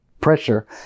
pressure